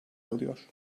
alıyor